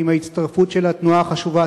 עם ההצטרפות של התנועה החשובה,